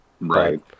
right